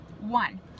One